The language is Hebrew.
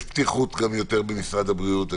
יש פתיחות יותר במשרד הבריאות.